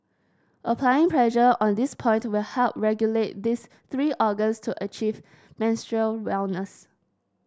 applying pressure on this point will help regulate these three organs to achieve menstrual wellness